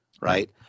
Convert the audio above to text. right